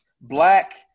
black